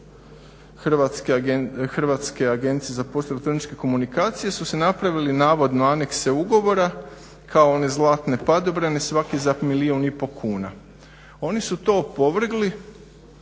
Hrvatske agencije za poštansko-elektroničke komunikacije su se napravili navodno anekse ugovora kao one zlatne padobrane svaki za milijun i pol kuna. Oni su to opovrgli,